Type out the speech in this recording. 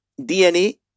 DNA